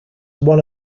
one